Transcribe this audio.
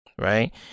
Right